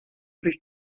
sich